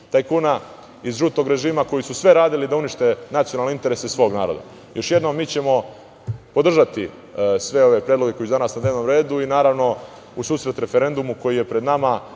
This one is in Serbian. tajkuna iz žutog režima koji su sve radili da unište nacionalne interese svog naroda. Još jednom, mi ćemo podržati sve ove predloge koji su danas na dnevnom redu i, naravno, u susret referendumu koji je pred nama,